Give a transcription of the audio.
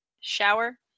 shower